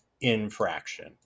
infraction